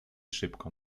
szybko